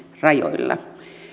rajoilla